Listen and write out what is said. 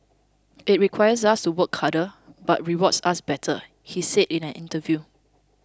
it requires us to work harder but rewards us better he said in an interview